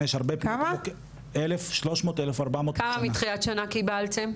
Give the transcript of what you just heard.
כמה מתחילת שנה קיבלתם?